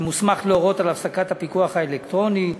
שמוסמך להורות על הפסקת הפיקוח האלקטרוני.